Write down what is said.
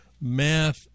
math